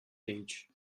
page